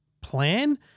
plan